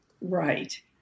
right